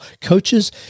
coaches